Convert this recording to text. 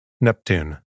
Neptune